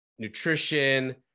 Nutrition